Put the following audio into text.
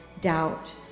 doubt